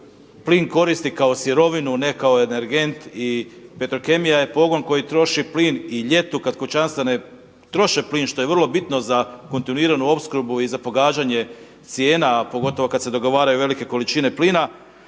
plin koristi kao sirovinu, ne kao energent. I Petrokemija je pogon koji troši plin i ljeti kad kućanstva ne troše plin što je vrlo bitno za kontinuiranu opskrbu i za pogađanje cijena, a pogotovo kad se dogovaraju velike količine plina.